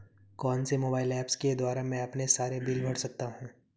कौनसे mobile apps के द्वारा मैं अपने सारे बिल भर सकता हूं?